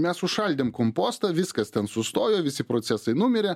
mes užšaldėm kompostą viskas ten sustojo visi procesai numirė